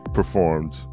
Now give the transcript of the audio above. performed